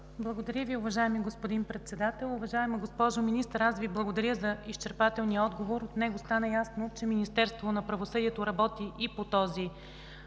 Благодаря Ви, уважаеми господин Председател. Уважаема госпожо Министър, благодаря Ви за изчерпателния отговор. От него стана ясно, че Министерството на правосъдието работи и по този